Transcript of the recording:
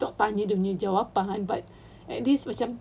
tanya dia punya jawapan but at least macam